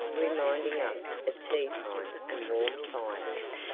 reminding us of tea-time and warm fires.